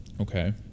Okay